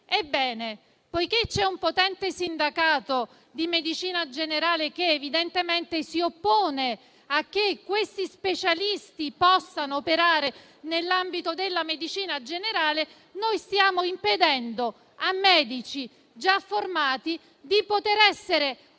Ebbene, poiché c'è un potente sindacato di medicina generale che evidentemente si oppone a che questi specialisti possano operare nell'ambito della medicina generale, noi stiamo impedendo a medici già formati di essere impiegati